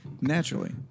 Naturally